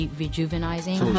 rejuvenizing